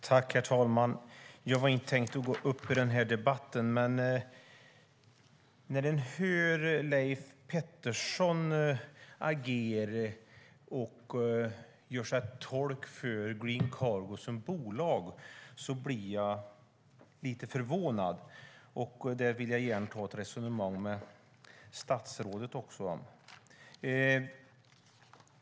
Herr talman! Jag hade inte tänkt gå upp i den här debatten, men när jag hörde Leif Pettersson agera tolk för Green Cargo som bolag blev jag lite förvånad. Det vill jag gärna ta ett resonemang om även med statsrådet.